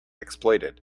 exploited